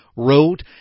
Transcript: wrote